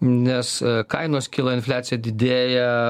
nes kainos kyla infliacija didėja